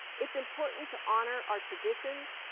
it's important to honor our traditions,